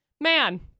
man